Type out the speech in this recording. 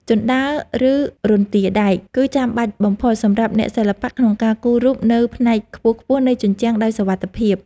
ជណ្ដើរ ឬរន្ទាដែក គឺចាំបាច់បំផុតសម្រាប់អ្នកសិល្បៈក្នុងការគូររូបនៅផ្នែកខ្ពស់ៗនៃជញ្ជាំងដោយសុវត្ថិភាព។